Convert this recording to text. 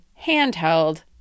handheld